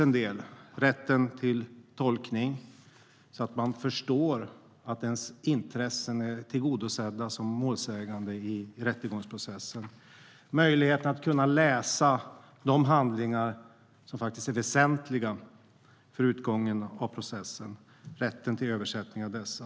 Det gäller rätten till tolkning, så att man förstår att ens intressen är tillgodosedda som målsägande i rättegångsprocessen. Det gäller möjligheten att läsa de handlingar som är väsentliga för utgången av processen och rätten till översättning av dessa.